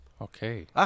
Okay